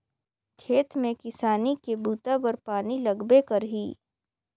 खेत में किसानी के बूता बर पानी लगबे करही